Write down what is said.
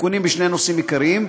תיקונים בשני נושאים עיקריים: